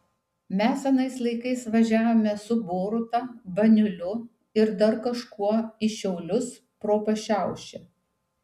mes anais laikais važiavome su boruta baniuliu ir dar kažkuo į šiaulius pro pašiaušę